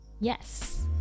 yes